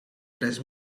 tres